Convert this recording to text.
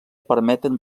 permeten